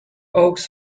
oaks